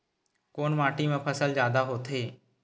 कोन माटी मा फसल जादा होथे?